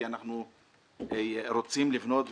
כי אנחנו רוצים לבנות,